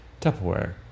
Tupperware